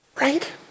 Right